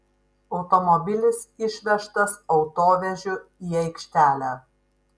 automobilis išvežtas autovežiu į aikštelę